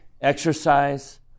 exercise